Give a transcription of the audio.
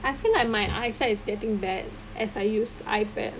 I feel like my eyesight is getting bad as I use iPad